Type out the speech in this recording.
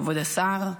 כבוד השר,